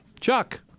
Chuck